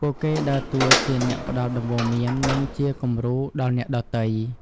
ពួកគេដើរតួជាអ្នកផ្តល់ដំបូន្មាន និងជាគំរូដល់អ្នកដទៃ។